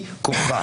מכוחה.